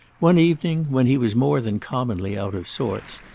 one evening when he was more than commonly out of sorts,